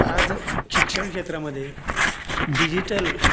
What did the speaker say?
आज शिक्षण क्षेत्रामध्ये डिजिटल